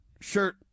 shirt